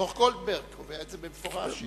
דוח-גולדברג קובע את זה במפורש,